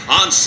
on